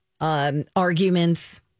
Arguments